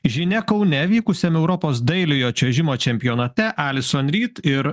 žinia kaune vykusiame europos dailiojo čiuožimo čempionate ali sonryt ir